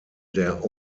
der